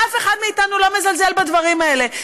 אף אחד מאיתנו לא מזלזל בדברים האלה,